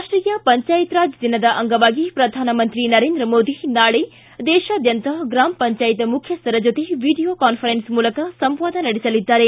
ರಾಷ್ಟೀಯ ಪಂಚಾಯತ್ ರಾಜ್ ದಿನದ ಅಂಗವಾಗಿ ಪ್ರಧಾನಮಂತ್ರಿ ನರೇಂದ್ರ ಮೋದಿ ನಾಳೆ ದೇಶಾದ್ಯಂತ ಇರುವ ಗ್ರಾಮ್ ಪಂಚಾಯತ್ ಮುಖ್ಯಸ್ಥರ ಜೊತೆ ವಿಡಿಯೋ ಕಾನ್ಫರೆನ್ಸ್ ಮೂಲಕ ಸಂವಾದ ನಡೆಸಲಿದ್ದಾರೆ